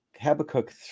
Habakkuk